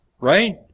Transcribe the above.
Right